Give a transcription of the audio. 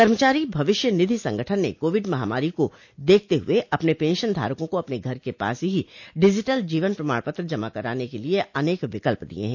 कर्मचारी भविष्य निधि संगठन ने कोविड महामारी को देखते हुए अपने पेंशनधारकों को अपने घर के पास ही डिजिटल जीवन प्रमाण पत्र जमा कराने के लिए अनेक विकल्प दिए हैं